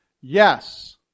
Yes